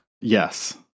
Yes